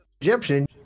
Egyptian